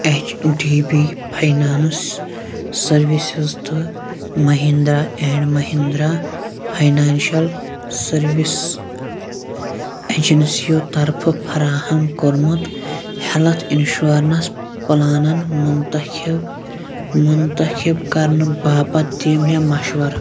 H D B finance services تہٕ Mahindra and Mahindra financial service اٮ۪جَنسِیو طرفہٕ فراہم کوٚرمُت ہٮ۪لٕتھ اِنشورنٕس پلانَن مُنتَخِب مُنتَخِب کرنہٕ باپتھ دِ مےٚ مشوَر